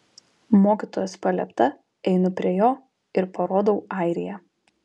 mokytojos paliepta einu prie jo ir parodau airiją